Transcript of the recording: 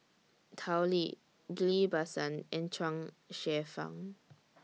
Tao Li Ghillie BaSan and Chuang Hsueh Fang